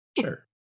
Sure